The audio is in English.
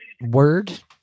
Word